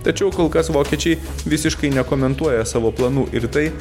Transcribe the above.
tačiau kol kas vokiečiai visiškai nekomentuoja savo planų ir tai